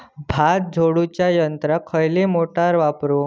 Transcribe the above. भात झोडूच्या यंत्राक खयली मोटार वापरू?